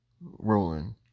rolling